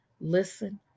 listen